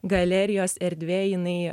galerijos erdvė jinai